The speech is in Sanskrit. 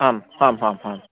आम् आं हां हां